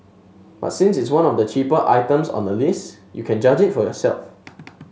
but since it's one of the cheaper items on the list you can judge it for yourself